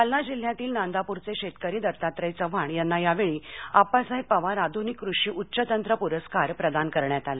जालना जिल्ह्यातील नांदापूरचे शेतकरी दत्तात्रय चव्हाण यांना यावेळी आप्पासाहेब पवार आधुनिक कृषी उच्च तंत्र पुरस्कार प्रदान करण्यात आला